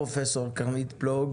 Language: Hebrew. פרופ' קרנית פלוג,